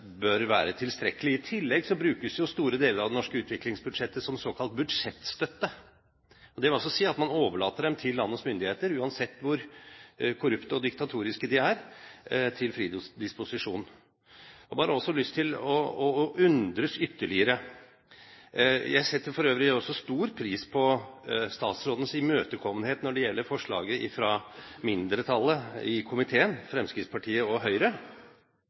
bør være tilstrekkelig. I tillegg brukes jo store deler av det norske utviklingsbudsjettet som såkalt budsjettstøtte. Det vil altså si at man overlater det til landets myndigheter – uansett hvor korrupte og diktatoriske de er – til fri disposisjon. Man kan også undres ytterligere. Jeg setter for øvrig også stor pris på statsrådens imøtekommenhet når det gjelder forslaget fra mindretallet i komiteen, Fremskrittspartiet og Høyre,